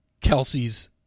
Kelsey's